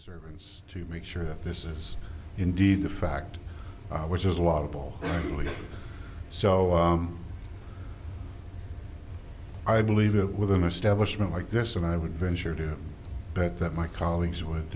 it's to make sure that this is indeed the fact which is a lot of all really so i believe that with an establishment like this and i would venture to bet that my colleagues would